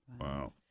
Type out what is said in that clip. Wow